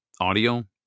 audio